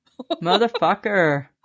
Motherfucker